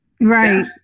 Right